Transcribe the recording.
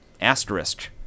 asterisk